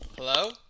hello